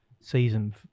season